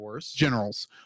generals